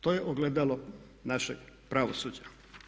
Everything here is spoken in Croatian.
To je ogledalo našeg pravosuđa.